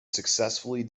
successfully